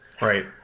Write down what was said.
right